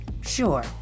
sure